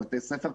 בבתי הספר,